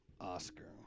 Oscar